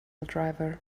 driver